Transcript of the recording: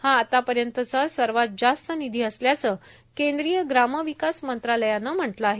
हा आतापर्यंतचा सर्वात जास्त निधी असल्याचं केंद्रीय ग्राम विकास मंत्रालयानं म्हटलं आहे